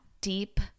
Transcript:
deep